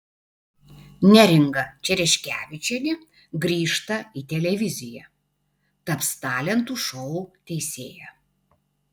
neringa čereškevičienė grįžta į televiziją taps talentų šou teisėja